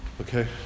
Okay